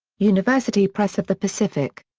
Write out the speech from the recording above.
university press of the pacific.